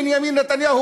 בנימין נתניהו,